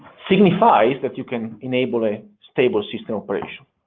signifies that you can enable a stable system operation.